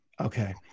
okay